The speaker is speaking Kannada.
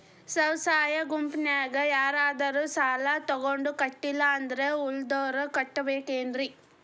ಸ್ವ ಸಹಾಯ ಗುಂಪಿನ್ಯಾಗ ಯಾರಾದ್ರೂ ಸಾಲ ತಗೊಂಡು ಕಟ್ಟಿಲ್ಲ ಅಂದ್ರ ಉಳದೋರ್ ಕಟ್ಟಬೇಕೇನ್ರಿ?